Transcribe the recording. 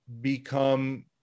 become